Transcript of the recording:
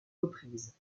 reprises